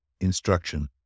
instruction